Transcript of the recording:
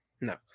No